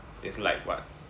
is like what